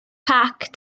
pack